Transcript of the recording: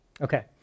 Okay